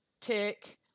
Tick